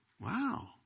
Wow